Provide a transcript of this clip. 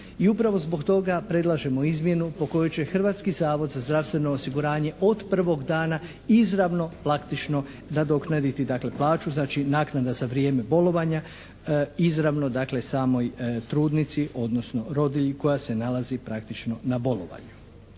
i upravo zbog toga predlažemo izmjenu po kojoj će Hrvatski zavod za zdravstveno osiguranje od prvog dana izravno praktično nadoknaditi dakle plaću, znači naknada za vrijeme bolovanja izravno dakle samoj trudnici odnosno rodilji koja se nalazi praktično na bolovanju.